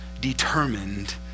determined